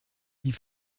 die